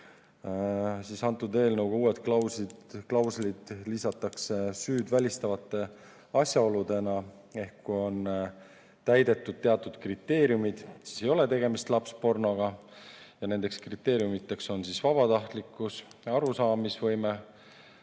lisatakse uued klauslid süüd välistavate asjaoludena ehk kui on täidetud teatud kriteeriumid, siis ei ole tegemist lapspornoga. Nendeks kriteeriumideks on vabatahtlikkus, arusaamisvõime,